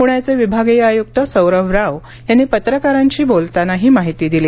पुण्याचे विभागीय आयुक्त सौरभ राव यांनी पत्रकारांशी बोलताना ही माहिती दिली